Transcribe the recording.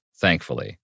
thankfully